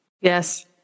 Yes